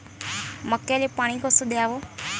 मक्याले पानी कस द्याव?